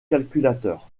calculateur